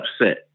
upset